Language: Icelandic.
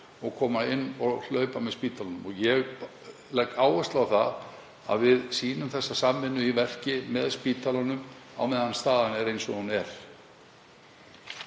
og koma inn og hlaupa undir bagga með spítalanum. Ég legg áherslu á að við sýnum þessa samvinnu í verki með spítalanum á meðan staðan er eins og hún er.